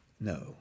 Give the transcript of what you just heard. no